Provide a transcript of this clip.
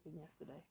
yesterday